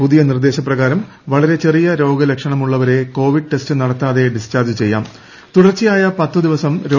പുതിയ നിർദ്ദേശ പ്രകാരം വളരെ ചെറിയ രോഗലക്ഷണമുള്ളവരെ കോവിഡ് ടെസ്റ്റ് നടത്താതെ ഡിസ്ചാർജ്ജ് തുടർച്ചയായ ചെയ്യാം